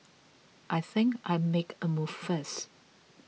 I think I make a move first